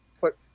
put